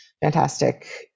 fantastic